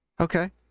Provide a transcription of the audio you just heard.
Okay